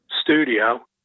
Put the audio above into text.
studio